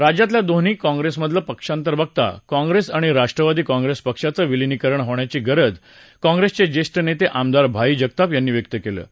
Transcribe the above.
राज्यातल्या दोन्ही काँप्रेसमधलं पक्षांतर बघता काँप्रेस आणि राष्ट्रवादी काँप्रेस पक्षांचं विलीनीकरण होण्याची गरज काँप्रेसचे जेठ नेते आमदार भाई जगताप यांनी व्यक्त केलं आहे